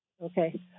Okay